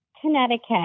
Connecticut